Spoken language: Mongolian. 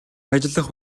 ажиллах